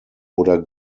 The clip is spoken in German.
oder